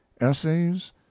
essays